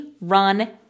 run